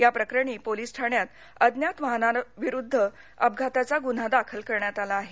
या प्रकरणी पोलीस ठाण्यात अज्ञात वाहना विरूध्द अपघाताचा गुन्हा दाखल करण्यात आला आहे